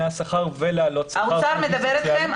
השכר ולהעלות שכר -- האוצר מדברים איתכם?